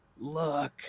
look